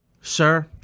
Sir